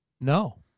No